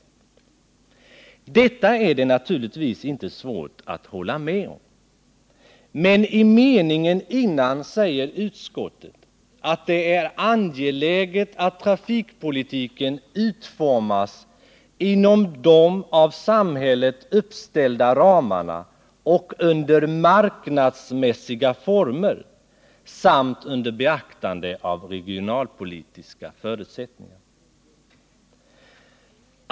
Detta är det naturligtvis inte svårt att hålla med om. Men i meningen dessförinnan säger utskottet att det är angeläget att trafikpolitiken utformas inom de av samhället uppställda ramarna och under marknadsmässiga former samt under beaktande av regionalpolitiska förutsättningar.